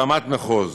ברמת המחוז,